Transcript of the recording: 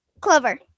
Clover